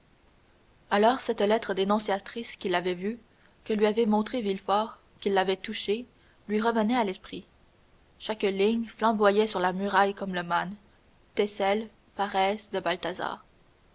alors cette lettre dénonciatrice qu'il avait vue que lui avait montrée villefort qu'il avait touchée lui revenait à l'esprit chaque ligne flamboyait sur la muraille comme le mane thecel pharès de